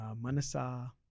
Manasa